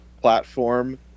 platform